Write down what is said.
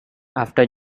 after